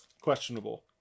questionable